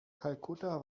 kalkutta